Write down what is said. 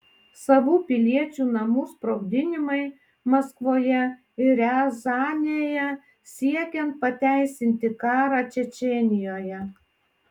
savų piliečių namų sprogdinimai maskvoje ir riazanėje siekiant pateisinti karą čečėnijoje